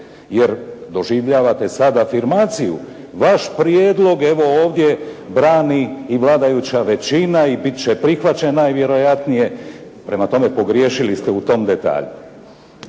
jer doživljavate sada afirmaciju. Vaš prijedlog evo ovdje brani i vladajuća većina i biti će prihvaćen najvjerojatnije, prema tome pogriješili ste u tom detalju.